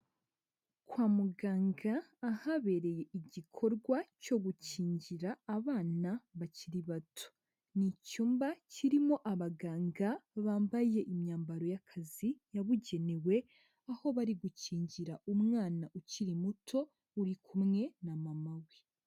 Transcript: Kwa muganga, ahabereye igikorwa cyo gukingira abana bakiri bato. Ni icyumba kirimo abaganga bambaye imyambaro y'akazi yabugenewe, aho bari gukingira umwana ukiri muto ,uri kumwe na mama we.